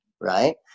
Right